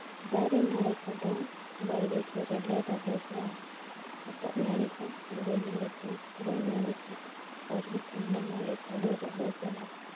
ᱫᱟᱨᱮᱼᱱᱟᱹᱲᱤ ᱠᱚᱫᱚ ᱵᱟᱲᱜᱮ ᱠᱚᱨᱮ ᱞᱮ ᱨᱚᱦᱚᱭ ᱠᱟᱜᱼᱟ ᱦᱚᱛᱚᱫ ᱱᱟᱹᱲᱤ ᱠᱚ ᱠᱩᱸᱫᱽᱨᱤ ᱱᱟᱹᱲᱤ ᱠᱚ ᱯᱩᱨᱟᱹᱭ ᱱᱟᱹᱲᱤ ᱠᱚ ᱟᱨᱦᱚᱸ ᱠᱚᱸᱦᱰᱟ ᱱᱟᱹᱲᱤ ᱠᱚᱞᱮ ᱨᱚᱦᱚᱭ ᱠᱟᱜᱼᱟ